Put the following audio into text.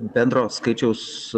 bendro skaičiaus